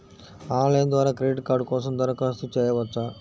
Online ద్వారా credit card కోసం దరఖాస్తు చేయవచ్చా?